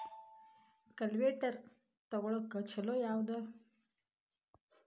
Cultivator ತೊಗೊಳಕ್ಕ ಛಲೋ ಯಾವದ?